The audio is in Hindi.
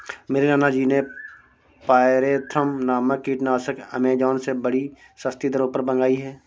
मेरे नाना जी ने पायरेथ्रम नामक कीटनाशक एमेजॉन से बड़ी सस्ती दरों पर मंगाई है